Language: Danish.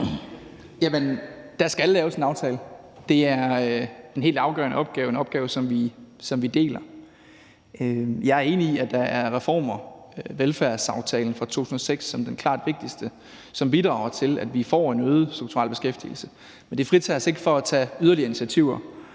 der skal laves en aftale. Det er en helt afgørende opgave, og det er en opgave, som vi deler. Jeg er enig i, at der er reformer – velfærdsaftalen fra 2006 som den klart vigtigste – som bidrager til, at vi får en øget strukturel beskæftigelse, men det fritager os ikke for at tage yderligere initiativer.